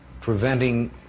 preventing